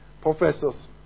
professors